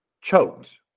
choked